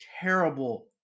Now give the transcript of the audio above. terrible